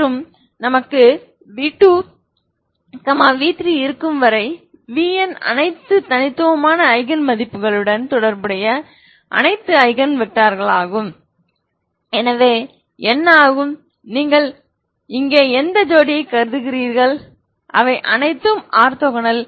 மற்றும் எனக்கு v2 v3இருக்கும்வரை vn அனைத்தும் தனித்துவமான ஐகன் மதிப்புகளுடன் தொடர்புடைய அனைத்து ஐகன் வெக்டார்களாகும் எனவே என்ன ஆகும் நீங்கள் இங்கே எந்த ஜோடியை கருதுகிறீர்கள் அவை அனைத்தும் ஆர்த்தோகனல்